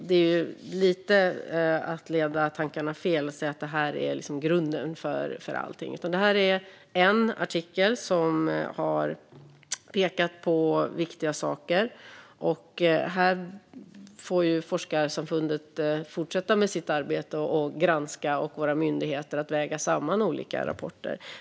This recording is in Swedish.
Det är att leda tankarna lite fel att säga att detta är grunden för allting. Detta är en artikel som har pekat på viktiga saker. Forskarsamfundet får fortsätta med sitt arbete med att granska och våra myndigheter med sitt arbete med att väga samma olika rapporter.